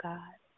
God